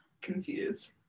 Confused